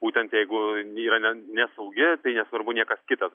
būtent jeigu yra ne nesaugi tai nesvarbu niekas kitas